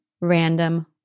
random